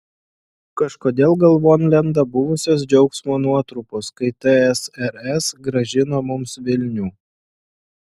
kažkodėl galvon lenda buvusios džiaugsmo nuotrupos kai tsrs grąžino mums vilnių